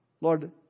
Lord